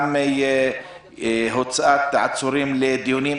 גם הוצאת עצורים לדיונים.